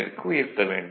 ற்கு உயர்த்த வேண்டும்